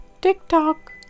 Tick-tock